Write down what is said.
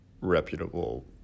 reputable